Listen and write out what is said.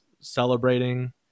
celebrating